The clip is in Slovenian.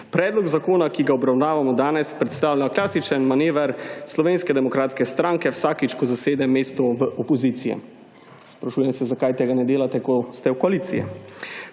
Predlog zakona, ki ga obravnavamo danes, predstavlja klasičen manever Slovenske demokratske stranke vsakič, ko zasede mesto v opoziciji. Sprašujem se, zakaj tega ne delate, ko ste v koaliciji.